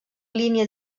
línia